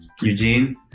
Eugene